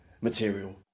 material